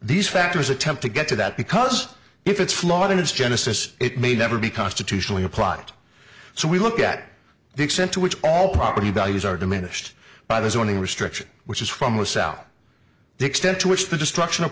these factors attempt to get to that because if it's flawed in its genesis it may never be constitutionally a plot so we look at the extent to which all property values are diminished by the zoning restrictions which is from the south the extent to which the destruction of